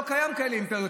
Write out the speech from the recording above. לא קיימות כאלה אימפריות.